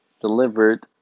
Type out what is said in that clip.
delivered